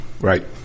Right